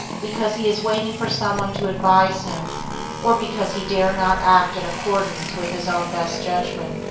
because he is waiting for some one to advise him or because he dare not act in accordance with his own best judgment.